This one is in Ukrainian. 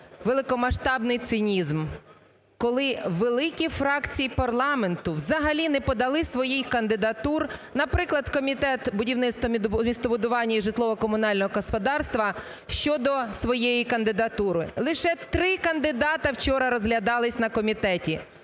великомасштабний цинізм, коли великі фракції парламенту взагалі не подали своїх кандидатур, наприклад Комітет будівництва, містобудування і житлово-комунального господарства щодо своє кандидатури. Лише три кандидата вчора розглядались на комітеті.